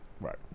Right